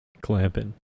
Clamping